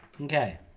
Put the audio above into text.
Okay